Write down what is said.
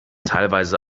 teilweise